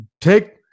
take